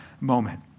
moment